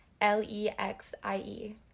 L-E-X-I-E